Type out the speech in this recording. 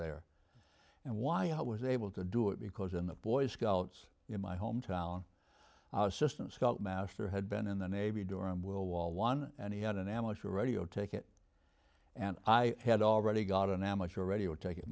there and why i was able to do it because in the boy scouts in my hometown our systems felt master had been in the navy during world war one and he had an amateur radio take it and i had already got an amateur radio take it